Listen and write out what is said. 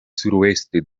suroeste